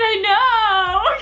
ah no.